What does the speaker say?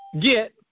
get